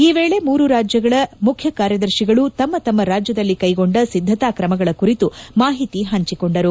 ಈ ವೇಳೆ ಮೂರು ರಾಜ್ಗಳ ಮುಖ್ಯಕಾರ್ಯದರ್ತಿಗಳು ತಮ್ನ ತಮ್ನ ರಾಜ್ಯದಲ್ಲಿ ಕೈಗೊಂಡ ಸಿದ್ದತಾ ಕ್ರಮಗಳ ಕುರಿತು ಮಾಹಿತಿ ಹಂಚಿಕೊಂಡರು